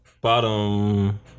Bottom